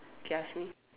K ask me